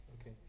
Okay